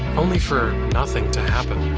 only for nothing to happen.